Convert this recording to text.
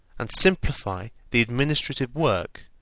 and simplify the administrative work,